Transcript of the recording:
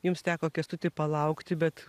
jums teko kęstuti palaukti bet